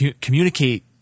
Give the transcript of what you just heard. communicate